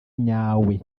nyawe